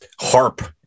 harp